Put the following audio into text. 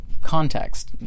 context